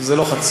זה לא חצי.